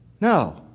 No